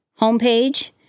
homepage